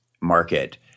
market